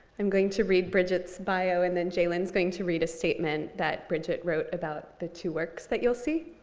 i'm going to read bridget's bio, and then jaylen is going to read a statement that bridget wrote about the two works that you'll see.